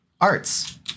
arts